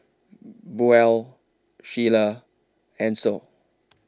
Buell Sheila Ancel